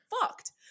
fucked